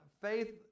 Faith